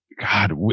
God